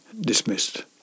dismissed